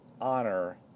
honor